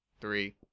three